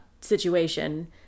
...situation